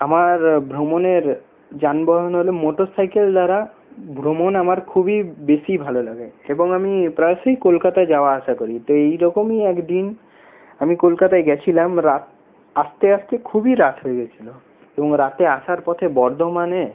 আমার ভ্রমণের যানবাহন হল মোটর সাইকেল দ্বারা ভ্রমণ আমার খুবই বেশি ভালো লাগে এবং আমি প্রায়শই কলকাতা যাওয়া আসা করি তো এইরকমই একদিন আমি কলকাতায় গিয়েছিলাম আসতে আসতে খুবই রাত হয়ে গিয়েছিলো এবং রাতে আসার পথে বর্ধমানে